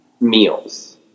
meals